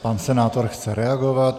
Pan senátor chce reagovat.